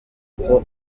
uko